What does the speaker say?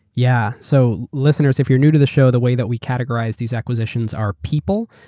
yeah, so listeners, if you're new to the show, the way that we categorize these acquisitions are people,